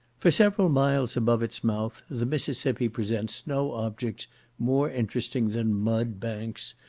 for several miles above its mouth, the mississippi presents no objects more interesting than mud banks,